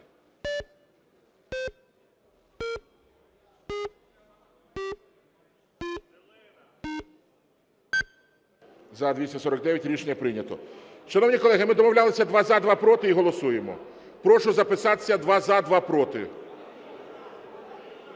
За-249 Рішення прийнято. Шановні колеги, ми домовлялися: два – за, два – проти і голосуємо. Прошу записатися: два – за, два – проти.